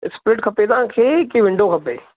split खपे तव्हांखे की विंडो खपे